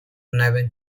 niven